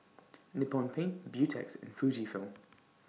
Nippon Paint Beautex and Fujifilm